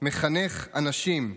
מחנך אנשים,